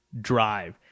drive